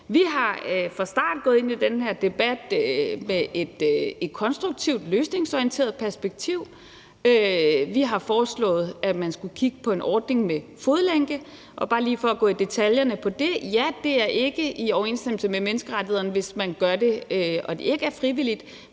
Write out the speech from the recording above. Vi er fra start gået ind i den her debat med et konstruktivt, løsningsorienteret perspektiv. Vi har foreslået, at man skulle kigge på en ordning med fodlænke og bare lige for at gå i detaljer med hensyn til det: Ja, det er ikke i overensstemmelse med menneskerettighederne, hvis man gør det og det ikke er frivilligt,